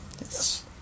Yes